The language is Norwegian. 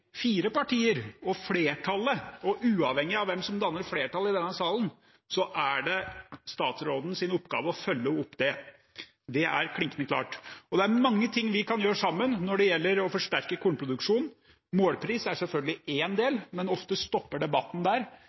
fire partier og flertallet, og uavhengig av hvem som danner flertallet i denne salen, er det statsrådens oppgave å følge opp det. Det er klinkende klart. Det er mange ting vi kan gjøre sammen når det gjelder å forsterke kornproduksjonen. Målpris er selvfølgelig én del, men ofte stopper debatten der.